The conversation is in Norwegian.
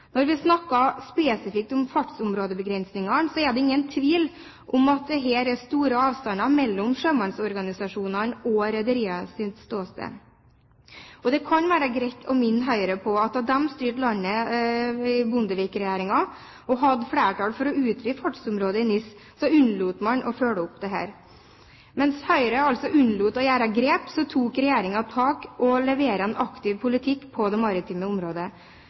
Når vi snakker spesifikt om fartsområdebegrensninger, er det ingen tvil om at det er stor avstand mellom sjømannsorganisasjonenes og rederienes ståsted. Det kan være greit å minne Høyre om at da de styrte landet under Bondevik-regjeringen, og hadde flertall for å utvide fartsområdet i NIS, unnlot de å følge opp dette. Mens Høyre altså unnlot å gjøre grep, har regjeringen tatt tak og leverer en aktiv politikk på det maritime området.